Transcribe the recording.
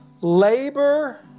labor